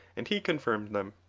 and he confirmed them.